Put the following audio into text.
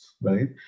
right